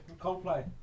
Coldplay